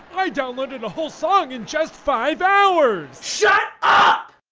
i downloaded a whole song in just five hours! shut up!